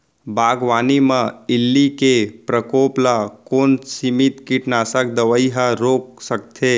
बागवानी म इल्ली के प्रकोप ल कोन सीमित कीटनाशक दवई ह रोक सकथे?